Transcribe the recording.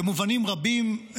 במובנים רבים,